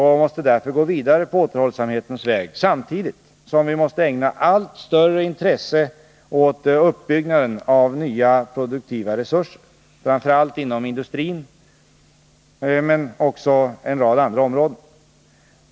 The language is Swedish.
Vi måste gå vidare på återhållsamhetens väg samtidigt som vi måste ägna allt större intresse åt uppbyggnaden av nya produktiva resurser, framför allt inom industrin men också på en rad andra områden.